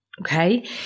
okay